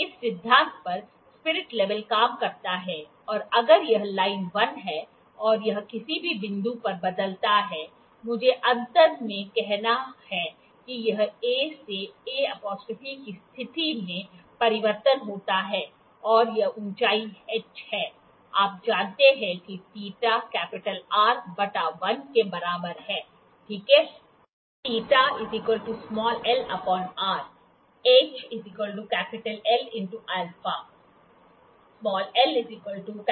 इस सिद्धांत पर स्पिरिट लेवल काम करता है और अगर यह लाइन l है और यह किसी भी बिंदु पर बदलता है मुझे अंत में कहना है कि यह A से A' की स्थिति में परिवर्तन होता है और यह ऊंचाई h है आप जानते हैं कि θ R बटा l के बराबर है ठीक है